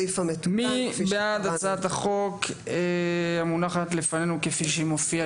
מי בעד הצעת החוק המונחת לפנינו כפי שהיא מופיעה,